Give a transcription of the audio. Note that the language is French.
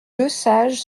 lesage